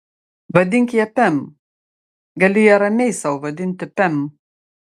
vadink ją pem gali ją ramiai sau vadinti pem